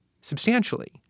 substantially